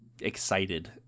excited